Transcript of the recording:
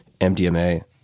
mdma